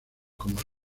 como